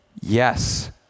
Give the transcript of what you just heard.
Yes